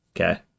Okay